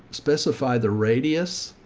specify the radius.